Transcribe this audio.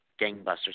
gangbusters